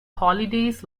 holidays